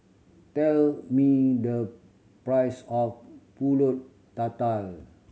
tell me the price of Pulut Tatal